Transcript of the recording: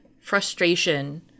frustration